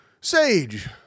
Sage